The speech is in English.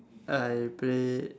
I played